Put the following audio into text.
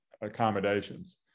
accommodations